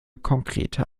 konkrete